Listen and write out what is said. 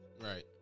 Right